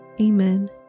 Amen